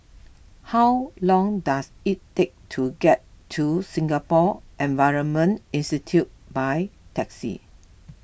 how long does it take to get to Singapore Environment Institute by taxi